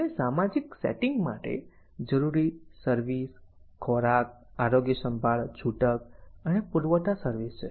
અને સામાજિક સેટિંગ માટે જરૂરી સર્વિસ ખોરાક આરોગ્યસંભાળ છૂટક અને પુરવઠા સર્વિસ છે